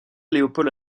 leopold